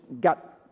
got